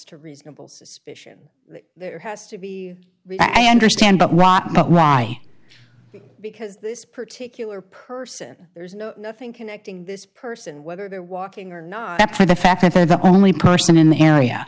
to reasonable suspicion has to be i understand but rob why because this particular person there's nothing connecting this person whether they're walking or not the fact that they're the only person in the area